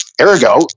Ergo